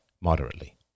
moderately